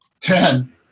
Ten